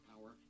power